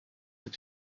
that